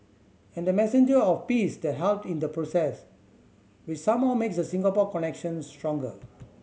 and the messenger of peace that helped in the process which somehow makes the Singapore connection stronger